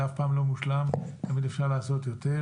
זה אף פעם לא מושלם, תמיד אפשר לעשות יותר,